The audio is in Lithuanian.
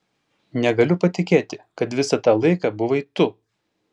negaliu patikėti kad visą tą laiką buvai tu